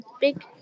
big